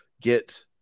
get